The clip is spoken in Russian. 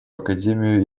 академию